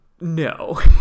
No